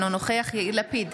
אינו נוכח יאיר לפיד,